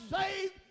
saved